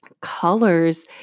Colors